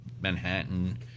Manhattan